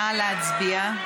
נא להצביע.